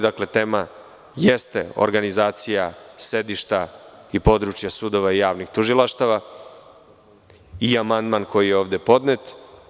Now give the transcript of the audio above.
Dakle, tema jeste organizacija sedišta i područja sudova i javnih tužilaštava i amandman koji je ovde podnet.